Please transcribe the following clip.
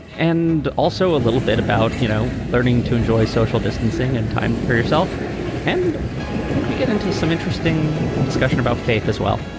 and also a little bit about, you know, learning to enjoy social distancing and time for yourself and we get into some interesting discussion about faith as well.